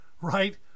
right